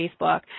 Facebook